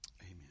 Amen